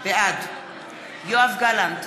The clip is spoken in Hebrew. בעד יואב גלנט,